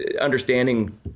understanding